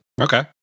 Okay